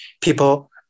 people